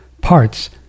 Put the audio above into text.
parts